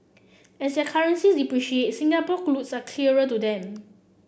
as their currencies depreciate Singapore are to them